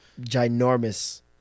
ginormous